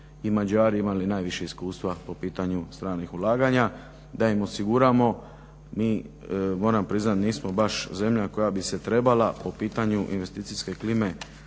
i Mađari imali najviše iskustva po pitanju stranih ulaganja, da im osiguramo. Mi moram priznati nismo baš zemlja koja bi se trebala po pitanju investicijske klime